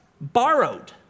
Borrowed